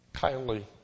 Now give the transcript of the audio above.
Kindly